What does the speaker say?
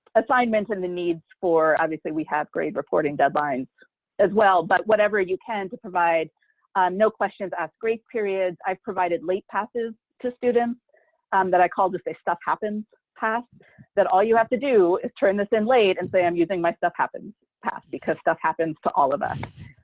assignment, and the needs for, obviously, we have grade reporting deadlines as well, but whatever you can, to provide no questions asked grace periods. i've provided late passes to students that i called if stuff happens pass that all you have to do is turn this in late and say, i'm using my stuff happens pass, because stuff happens to all of us.